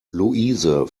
luise